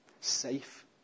Safe